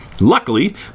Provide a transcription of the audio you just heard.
Luckily